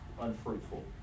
unfruitful